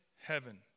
heaven